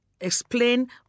explain